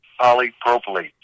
polypropylene